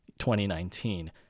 2019